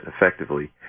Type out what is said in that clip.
effectively